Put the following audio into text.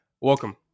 welcome